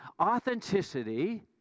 authenticity